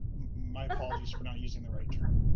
my apologies for not using the right term.